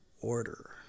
order